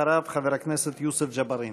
אחריו, חבר הכנסת יוסף ג'בארין.